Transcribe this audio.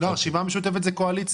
לא, הרשימה המשותפת זה קואליציה.